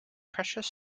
precious